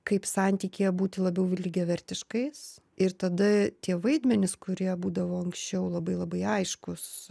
kaip santykyje būti labiau lygiavertiškais ir tada tie vaidmenys kurie būdavo anksčiau labai labai aiškūs